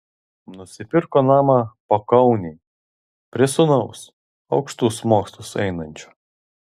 nusipirko namą pakaunėj prie sūnaus aukštus mokslus einančio